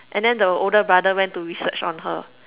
and then the older brother went to research on her